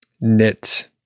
knit